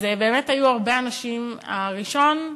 אז באמת היו הרבה אנשים: הראשון,